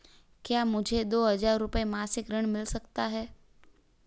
क्या मुझे दो हज़ार रुपये मासिक ऋण मिल सकता है?